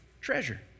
treasure